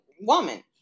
woman